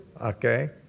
Okay